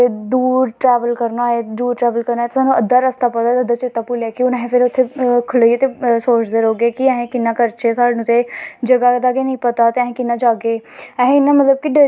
कि जेह्ड़ा गौ दा दुद्द ऐ ना एह् असें इक बौह्त बड़ा देन ऐ और प्रोटेन इक असे एह्दा फायदा होंदा ऐ इस चीज़ दा ते एह् मतलव असैं जरूरी रक्खनीं चाही दी अज्ज कल लोकें ते माल मवेशी रक्खनां शोड़ी ओड़े दा